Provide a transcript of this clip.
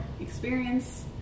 experience